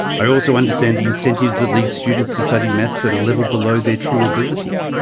i also understand the incentives that lead students to study maths at a level below their true ability.